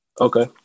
Okay